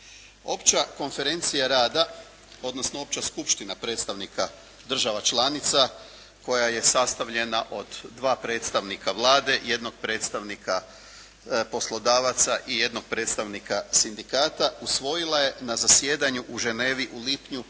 Opća konferencija rada odnosno opća skupština predstavnika država članica koja je sastavljena od dva predstavnika Vlade, jednog predstavnika poslodavaca i jednog predstavnika Sindikata usvojila je na zasjedanju u Ženevi u lipnju 1997.